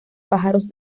pájaros